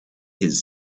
his